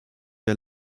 der